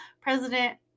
President